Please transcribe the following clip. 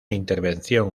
intervención